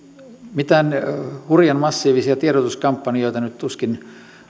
mitään hurjan massiivisia tiedotuskampanjoita nyt tuskin